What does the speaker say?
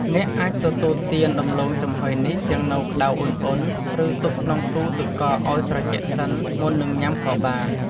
អ្នកអាចទទួលទានដំឡូងចំហុយនេះទាំងនៅក្ដៅឧណ្ហៗ ឬទុកក្នុងទូទឹកកកឱ្យត្រជាក់សិន មុននឹងញ៉ាំក៏បាន។